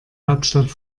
hauptstadt